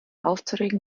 aufzuregen